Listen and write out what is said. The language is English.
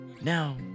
Now